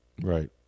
Right